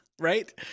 Right